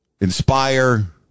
Inspire